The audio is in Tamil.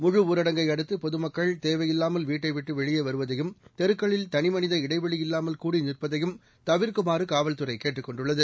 முழுஊரடங்கை அடுத்து பொதுமக்கள் தேவையில்லாமல் வீட்டைவிட்டு வெளியே வருவதையும் தெருக்களில் தனிமனித இடைவெளி இல்லாமல் கூடி நிற்பதையும் தவிர்க்குமாறு காவல்துறை கேட்டுக் கொண்டுள்ளது